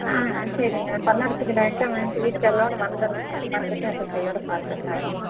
ஆ சரிங்க பல்லடத்துக்கு டேரக்டா வந்துட்டு வீட்டுக்காரோட வந்துடுறேங்க வந்துவிட்டு அப்புறம் கையோட பார்த்துர்லாங்க